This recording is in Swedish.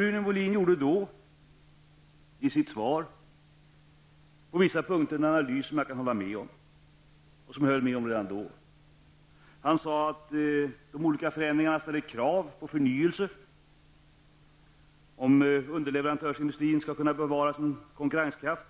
Rune Molin gjorde då i sitt svar på vissa punkter en analys som jag kan instämma i och som jag instämde i redan då. Han sade att de olika förändringarna ställer krav på förnyelse om underleverantörsindustrin skall kunna bevara sin konkurrenskraft.